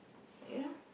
you know